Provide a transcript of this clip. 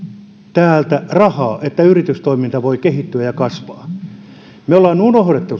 täältä rahaa jotta yritystoiminta voi kehittyä ja kasvaa ja jos me olemme unohtaneet